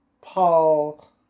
Paul